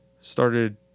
started